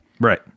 Right